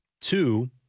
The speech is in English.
Two